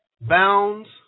bounds